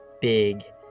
big